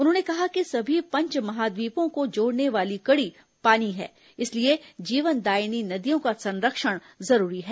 उन्होंने कहा कि सभी पंच महाद्वीपों को जोड़ने वाली कड़ी पानी है इसलिए जीवनदायिनी नदियों का संरक्षण जरूरी है